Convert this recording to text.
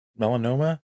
melanoma